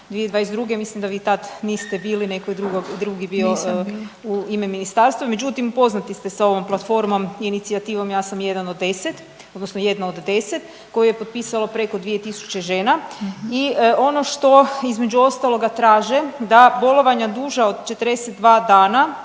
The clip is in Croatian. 27.5.2022., mislim da vi tad niste bili, neko je drugi bio…/Upadica Bubaš: Nisam bila/…u ime ministarstva, međutim poznati ste sa ovom platformom, Inicijativom – Ja sam 1 od 10 odnosno 1. od 10. koju je potpisalo preko 2000 žena i ono što između ostaloga traže da bolovanja duža od 42 dana